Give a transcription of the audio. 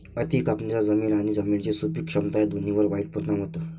अति कापणीचा जमीन आणि जमिनीची सुपीक क्षमता या दोन्हींवर वाईट परिणाम होतो